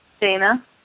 Dana